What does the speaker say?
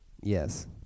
Yes